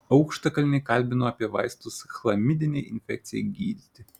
aukštkalnį kalbinu apie vaistus chlamidinei infekcijai gydyti